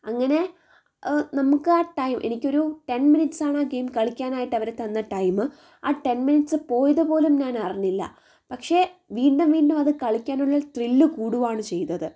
അങ്ങനെ നമുക്ക് ആ ടൈം എനിക്കൊരു ടെൻ മിനിറ്റ്സ് ആണ് ഗെയിം കളിക്കാനായിട്ട് അവർ തന്ന ടൈമ് ആ ടെൻ മിനിറ്റ്സ് പോയത് പോലും ഞാൻ അറിഞ്ഞില്ല പക്ഷേ വീണ്ടും വീണ്ടും അത് കളിക്കാനുള്ള ത്രില്ല് കൂടുകയാണ് ചെയ്തത്